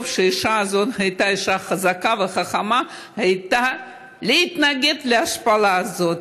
טוב שהאישה הזאת הייתה אישה חזקה וחכמה ויכלה להתנגד להשפלה הזאת.